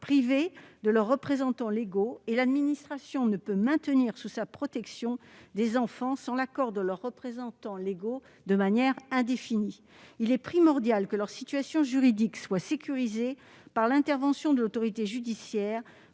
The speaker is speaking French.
privés de leurs représentants légaux, et l'administration ne peut maintenir sous sa protection des enfants sans l'accord de leurs représentants légaux de manière indéfinie. Il est primordial que leur situation juridique soit sécurisée par l'intervention de l'autorité judiciaire,